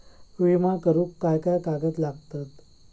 विमा करुक काय काय कागद लागतत?